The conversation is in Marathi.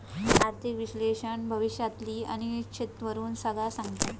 आर्थिक विश्लेषक भविष्यातली अनिश्चिततेवरून सगळा सांगता